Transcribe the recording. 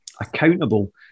accountable